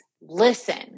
listen